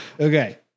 Okay